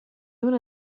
una